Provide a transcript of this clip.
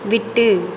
விட்டு